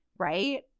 right